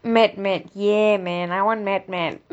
matte matte ya man I want matte matte